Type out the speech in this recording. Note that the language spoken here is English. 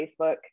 Facebook